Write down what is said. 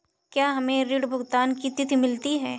क्या हमें ऋण भुगतान की तिथि मिलती है?